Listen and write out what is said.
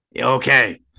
Okay